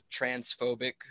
transphobic